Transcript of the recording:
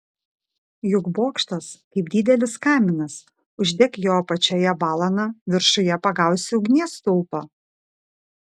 juk bokštas kaip didelis kaminas uždek jo apačioje balaną viršuje pagausi ugnies stulpą